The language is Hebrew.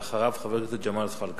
ואחריו, חבר הכנסת ג'מאל זחאלקה.